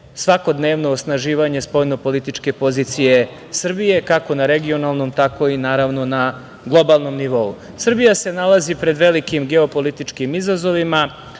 svakodnevno osnaživanje spoljnopolitičke pozicije Srbije, kako na regionalnom, tako i na globalnom nivou. Srbija se nalazi pred velikim geopolitičkim izazovima,